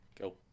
Go